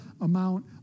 amount